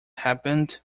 happened